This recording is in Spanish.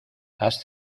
has